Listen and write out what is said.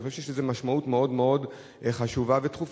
אני חושב שיש לזה משמעות חשובה ודחופה.